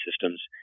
systems